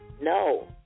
No